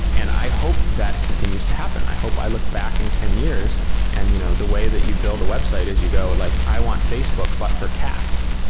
and i hope that continues to happen. i hope i look back in ten years and you know the way that you build a website is you go like i want facebook, but for cats,